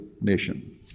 nation